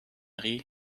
rit